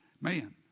man